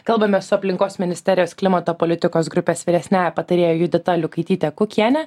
kalbamės su aplinkos ministerijos klimato politikos grupės vyresniąja patarėja judita liukaityte kukiene